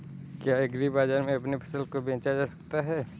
क्या एग्रीबाजार में अपनी फसल को बेचा जा सकता है?